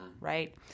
right